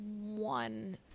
one